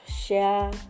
share